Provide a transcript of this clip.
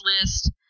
list